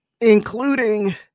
including